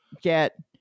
get